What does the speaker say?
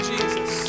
Jesus